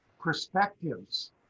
perspectives